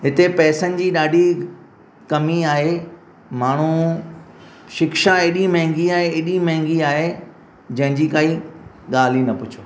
हिते पेसनि ॼी ॾाढी कमी आहे माण्हू शिक्षा एॾी महांगी आहे एॾी महांगी आहे जंहिंजी काई ॻाल्हि ई न पुछो